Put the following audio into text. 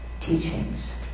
teachings